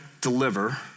deliver